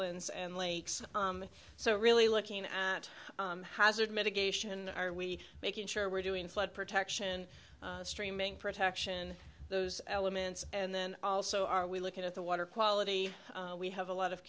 ds and lakes so really looking at hazard mitigation are we making sure we're doing flood protection streaming protection those elements and then also are we looking at the water quality we have a lot of